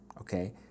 okay